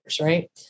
right